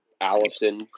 Allison